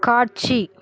காட்சி